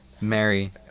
Mary